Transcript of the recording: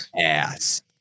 ass